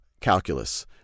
calculus